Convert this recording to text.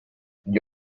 gli